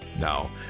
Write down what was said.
Now